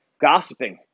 gossiping